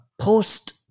Post